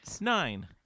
Nine